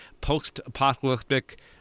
post-apocalyptic